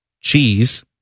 cheese